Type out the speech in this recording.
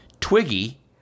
Twiggy